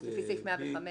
סעיף 115 לתקנות.